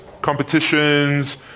competitions